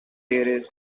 aires